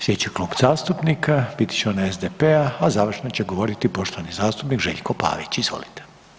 Slijedeći Klub zastupnika bit će onaj SDP-a, a završno će govoriti poštovani zastupnik Željko Pavić, izvolite.